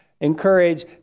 encourage